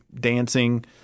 dancing